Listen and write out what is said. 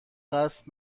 قصد